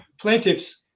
plaintiffs